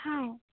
hi